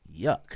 Yuck